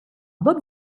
bob